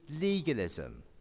legalism